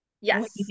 Yes